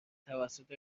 توسط